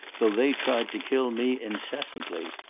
though they tried to kill me incessantly.